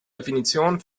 definitionen